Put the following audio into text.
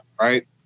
Right